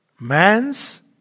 man's